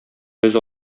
без